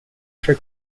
for